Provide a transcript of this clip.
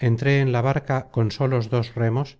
entré en la barca con solos dos remos